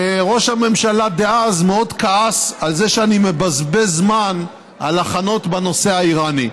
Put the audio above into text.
וראש הממשלה דאז מאוד כעס על זה שאני מבזבז זמן על הכנות בנושא האיראני.